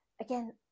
again